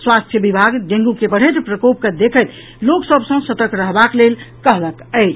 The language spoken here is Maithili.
स्वास्थ्य विभाग डेंगू के बढ़ैत प्रकोप के देखैत लोकसभ सॅ सतर्क रहबाक लेल कहलक अछि